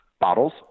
bottles